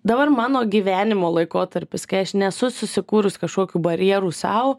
dabar mano gyvenimo laikotarpis kai aš nesu susikūrus kažkokių barjerų sau